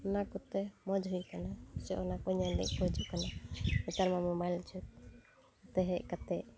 ᱤᱱᱟᱹ ᱠᱚᱛᱮ ᱢᱚᱡᱽ ᱦᱩᱭᱠᱟᱱᱟ ᱥᱮ ᱚᱱᱟᱠᱚ ᱧᱮᱞ ᱞᱟᱹᱜᱤᱫᱠᱚ ᱦᱤᱡᱩᱜ ᱠᱟᱱᱟ ᱱᱮᱛᱟᱨᱢᱟ ᱢᱳᱵᱟᱭᱤᱞ ᱡᱩᱜᱽ ᱱᱚᱛᱮ ᱦᱮᱡ ᱠᱟᱛᱮᱫ